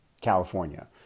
California